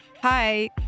hi